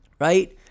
right